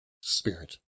spirit